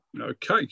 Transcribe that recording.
Okay